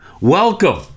welcome